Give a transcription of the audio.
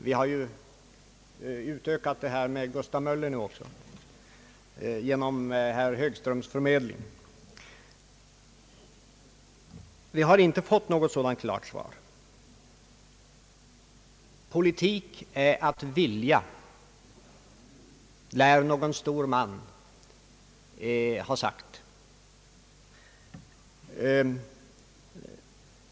Genom herr Högströms förmedling har ju nu den samlingen utökats också med Gustav Möller. Vi har alltså inte fått något sådant klart svar. Politik är att vilja, lär någon sentida stor man ha sagt.